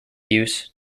use